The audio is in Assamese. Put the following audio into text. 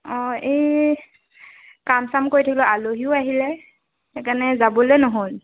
অঁ এই কাম চাম কৰি থাকিলোঁ আলহীও আহিলে সেইকাৰণে যাবলৈ নহ'ল